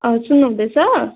अँ सुन्नुहुँदैछ